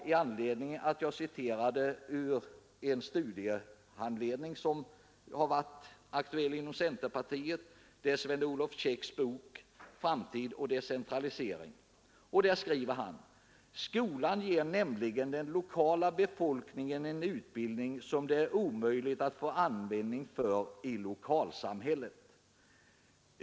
Jag anförde följande citat ur en studiehandledning, som kommit till användning inom centerpartiet, nämligen Sven Olof Käcks bok Framtid — decentralisering: ”Skolan ger nämligen den lokala befolkningen en utbildning som det är omöjligt att få användning för i lokalsamhället.